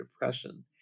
depression